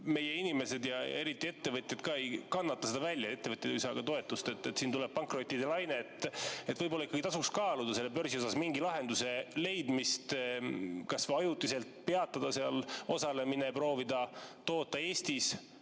Meie inimesed ja eriti ettevõtjad ei kannata seda välja. Ettevõtjad ju ei saa toetust, siin tuleb pankrottide laine. Võib-olla ikkagi tasuks kaaluda börsi osas mingi lahenduse leidmist, kas või ajutiselt peatada seal osalemine ja proovida toota Eestis